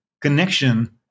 connection